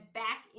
back